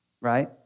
right